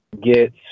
get